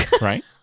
right